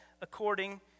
according